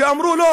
שאמרו: לא,